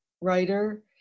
writer